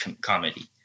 comedy